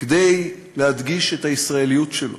כדי להדגיש את הישראליות שלו.